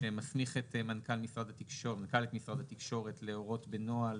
שמסמיך את מנכ"ל משרד התקשורת להורות בנוהל